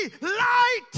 light